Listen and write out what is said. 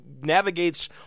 navigates